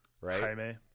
right